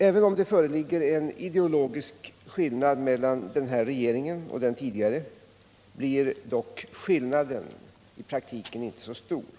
Även om det föreligger en ideologisk skillnad mellan den här regeringen och den tidigare, blir skillnaden i praktiken inte så stor.